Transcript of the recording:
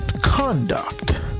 conduct